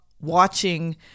watching